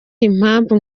impamvu